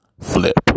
Flip